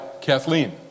Kathleen